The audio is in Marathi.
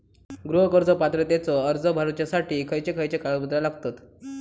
गृह कर्ज पात्रतेचो अर्ज भरुच्यासाठी खयचे खयचे कागदपत्र लागतत?